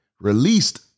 released